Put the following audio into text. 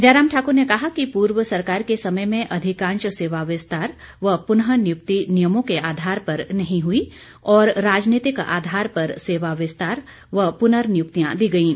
जयराम ठाकुर ने कहा कि पूर्व सरकार के समय में अधिकांश सेवा विस्तार व पुनःनियुक्ति नियमों के आधार पर नहीं हुई और राजनीतिक आधार पर सेवा विस्तार व पुर्ननियुक्तियां दी गईं